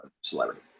celebrity